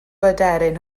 aderyn